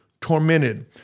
tormented